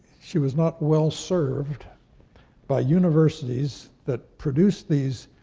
she was not well-served by universities that produce these,